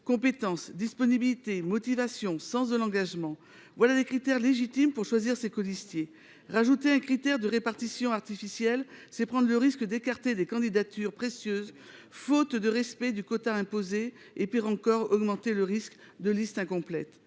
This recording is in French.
Compétence, disponibilité, motivation, sens de l’engagement : voilà des critères légitimes pour choisir ces colistiers. Ajouter un critère de répartition artificielle, c’est prendre le risque d’écarter des candidatures précieuses, faute de respect du quota imposé. Pis encore, c’est augmenter le risque de listes incomplètes.